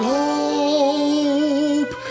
hope